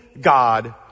God